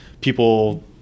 people